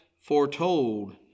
foretold